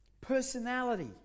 Personality